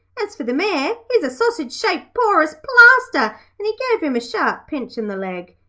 as for the mayor, he's a sausage-shaped porous plaster and he gave him a sharp pinch in the leg.